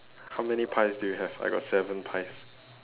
how many pies do you have I got seven pies